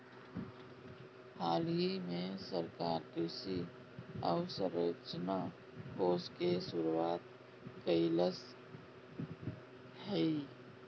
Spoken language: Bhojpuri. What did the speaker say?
हालही में सरकार कृषि अवसंरचना कोष के शुरुआत कइलस हियअ